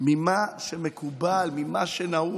ממה שמקובל, ממה שנהוג.